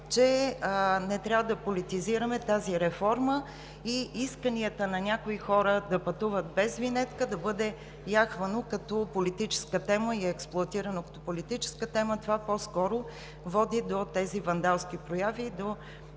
че не трябва да политизираме тази реформа и исканията на някои хора да пътуват без винетка да бъде яхвано като политическа тема и експлоатирано като политическата тема. Това по-скоро води до тези вандалски прояви и до